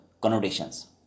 connotations